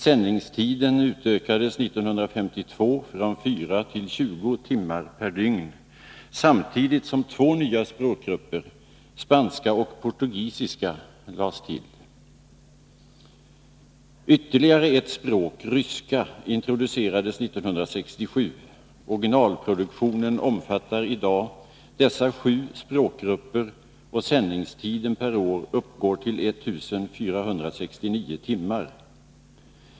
Sändningstiden utökades 1952 från 4 till 20 timmar per dygn, samtidigt som två nya språkgrupper, spanska och portugisiska, lades till. Ytterligare ett språk, ryska, introducerades 1967. Orginalproduktionen omfattar i dag dessa sju språkgrupper och sändningstiden per år uppgår till 1469 timmar.